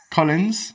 Collins